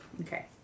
Okay